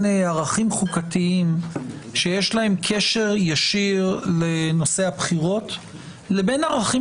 ערכים חוקתיים שיש להם קשר ישיר לנושא הבחירות לבין ערכים